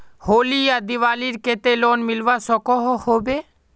होली या दिवालीर केते लोन मिलवा सकोहो होबे?